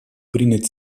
принят